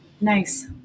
Nice